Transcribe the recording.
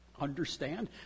understand